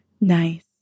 Nice